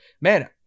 man